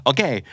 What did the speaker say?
Okay